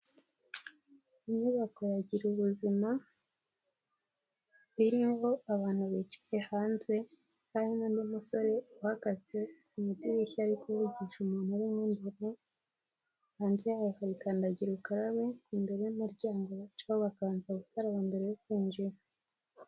Inyubako ya girubuzima iriho abantu bicaye hanze, hari n'undi musore uhagaze mu idirishya ariko kuvugisha umuntu urimo imbere; hanze hababa kandagirukarabe imbere y'amaryango bacaho bakabanza gukaraba mbere yo kwinjira.